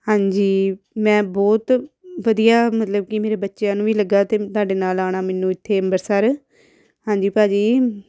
ਹਾਂਜੀ ਮੈਂ ਬਹੁਤ ਵਧੀਆ ਮਤਲਬ ਕਿ ਮੇਰੇ ਬੱਚਿਆਂ ਨੂੰ ਵੀ ਲੱਗਿਆ ਤਾਤੇ ਤੁਹਾਡੇ ਨਾਲ ਆਉਣਾ ਮੈਨੂੰ ਇੱਥੇ ਅੰਮ੍ਰਿਤਸਰ ਹਾਂਜੀ ਭਾਅ ਜੀ